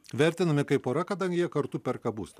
vertinami kaip pora kadangi jie kartu perka būstą